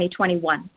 2021